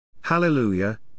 Hallelujah